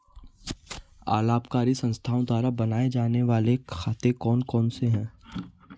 अलाभकारी संस्थाओं द्वारा बनाए जाने वाले खाते कौन कौनसे हैं?